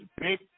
big